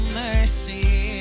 mercy